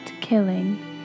killing